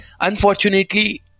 unfortunately